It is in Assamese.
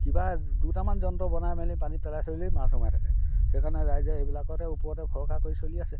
কিবা দুটামান যন্ত্ৰ বনাই মেলি পানীত পেলাই থ'লেই মাছ সোমাই থাকে সেইকাৰণে ৰাইজে এইবিলাকতে ওপৰতে ভৰসা কৰি চলি আছে